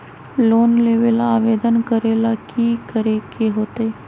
Loan लेबे ला आवेदन करे ला कि करे के होतइ?